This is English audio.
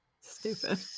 Stupid